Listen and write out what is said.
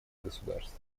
государств